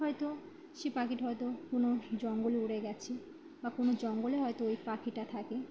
হয়তো সে পাখিটি হয়তো কোনো জঙ্গলে উড়ে গিয়েছে বা কোনো জঙ্গলে হয়তো ওই পাখিটা থাকে